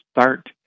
start